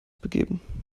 begeben